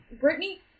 Brittany